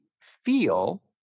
feel